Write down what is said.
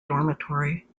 dormitory